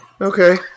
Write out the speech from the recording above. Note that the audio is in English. Okay